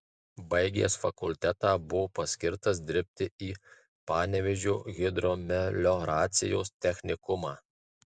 baigęs fakultetą buvo paskirtas dirbti į panevėžio hidromelioracijos technikumą